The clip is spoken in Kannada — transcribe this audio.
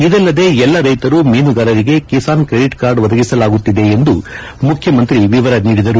ಇದಲ್ಲದೆ ಎಲ್ಲಾ ರೈತರು ಮೀನುಗಾರರಿಗೆ ಕಿಸಾನ್ ಕ್ರೆಡಿಟ್ ಕಾರ್ಡ್ ಒದಗಿಸಲಾಗುತ್ತಿದೆ ಎಂದು ಮುಖ್ಯಮಂತ್ರಿ ವಿವರ ನೀಡಿದರು